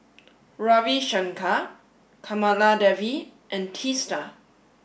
Ravi Shankar Kamaladevi and Teesta